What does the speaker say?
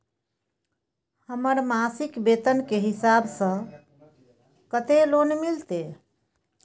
हमर मासिक वेतन के हिसाब स कत्ते लोन मिलते?